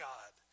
God